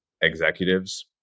executives